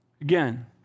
Again